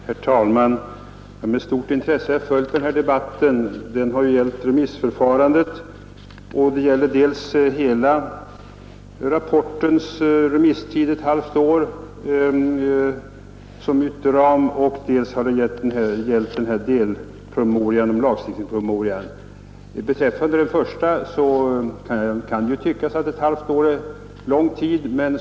Herr talman! Jag har med stort intresse följt denna debatt om remissförfarandet. Den har ju gällt remisstiden för dels hela rapporten, dels lagstiftningspromemorian. För den förstnämnda är remisstiden alltså ett halvt år, och det kan tyckas vara en lång tid.